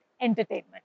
entertainment